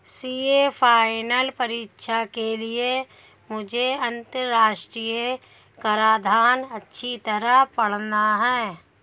CA final परीक्षा के लिए मुझे अंतरराष्ट्रीय कराधान अच्छी तरह पड़ना है